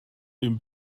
den